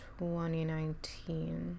2019